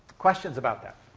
questions about that?